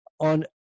on